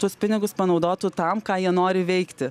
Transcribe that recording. tuos pinigus panaudotų tam ką jie nori veikti